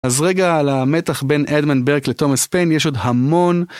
אז רגע, על המתח בין אדמונד ברק לתומאס פיין, יש עוד המון.